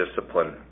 discipline